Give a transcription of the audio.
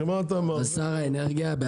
שר האנרגיה,